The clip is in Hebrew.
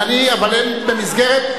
אבל הם במסגרת,